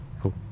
Cool